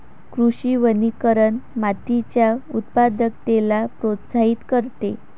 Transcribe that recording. कृषी वनीकरण मातीच्या उत्पादकतेला प्रोत्साहित करते